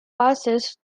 passes